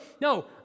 no